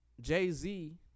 jay-z